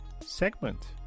segment